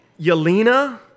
Yelena